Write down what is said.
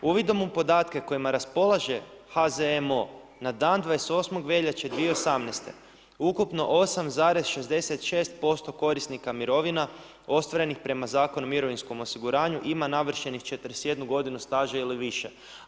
Uvidom u podatke kojima raspolaže HZMO na dan 28. veljače 2018. ukupno 8,66% korisnika mirovina ostvarenih prema Zakonu o mirovinskom osiguranju ima navršenih 41 godinu staža ili više.